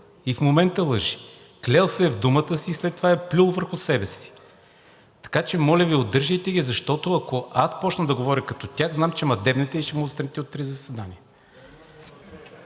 И в момента лъже. Клел се е в думата си и след това е плюл върху себе си. Така че, моля Ви, удържайте ги, защото, ако аз започна да говоря като тях, знам, че ме дебнете и ще ме отстраните от три заседания.